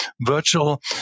virtual